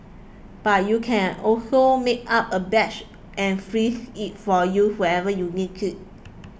but you can also make up a batch and freeze it for use whenever you need it